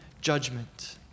judgment